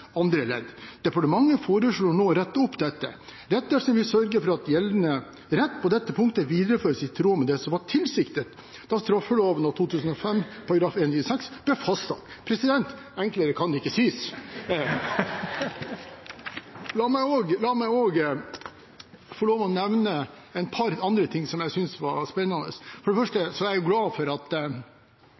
andre synes straffeloven 2005 § 313 å skulle fjernes fra oppregningen i § 196 annet ledd. Departementet foreslår nå å rette opp dette. Rettelsene vil sørge for at gjeldende rett på dette punktet videreføres i tråd med det som var tilsiktet da straffeloven 2005 § 196 ble fastsatt.» Enklere kan det ikke sies. La meg også få lov til å nevne et par andre ting som jeg syntes var spennende. For det første er jeg glad for at